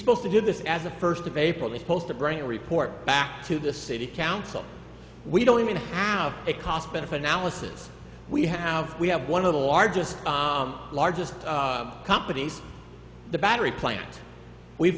supposed to give this as the first of april they supposed to bring a report back to the city council we don't even have a cost benefit analysis we have we have one of the largest largest companies the battery plant we've